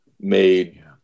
made